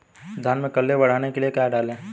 धान में कल्ले बढ़ाने के लिए क्या डालें?